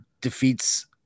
defeats